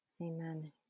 Amen